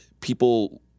people